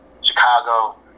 Chicago